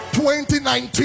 2019